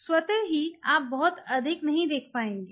तो स्वतः ही आप बहुत अधिक नहीं देख पाएंगे